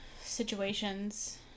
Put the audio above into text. situations